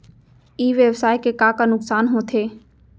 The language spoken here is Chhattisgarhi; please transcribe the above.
ई व्यवसाय के का का नुक़सान होथे?